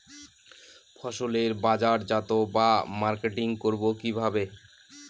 ফসলের বাজারজাত বা মার্কেটিং করব কিভাবে?